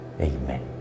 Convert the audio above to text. Amen